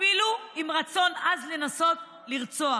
אפילו עם רצון עז לנסות לרצוח,